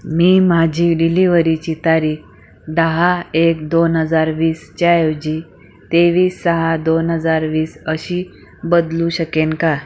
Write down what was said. मी माझी डिलिवरीची तारीख दहा एक दोन हजार वीसच्या ऐवजी तेवीस सहा दोन हजार वीस अशी बदलू शकेन का